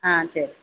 ஆ சரி